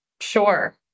Sure